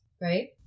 right